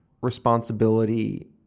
responsibility